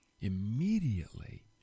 immediately